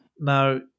Now